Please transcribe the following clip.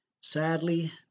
Sadly